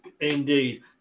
indeed